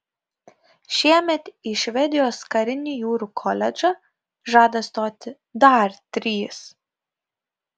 šiemet į švedijos karinį jūrų koledžą žada stoti dar trys